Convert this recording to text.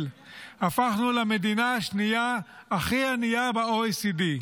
הפכנו למדינה השנייה הכי ענייה ב-OECD,